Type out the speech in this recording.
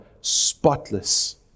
spotless